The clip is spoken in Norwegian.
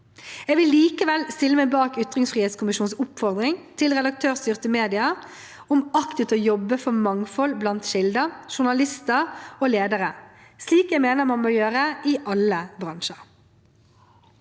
Jeg vil likevel stille meg bak ytringsfrihetskommisjonens oppfordring til redaktørstyrte medier om aktivt å jobbe for mangfold blant kilder, journalister og ledere, slik jeg mener man må gjøre i alle bransjer.